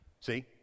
See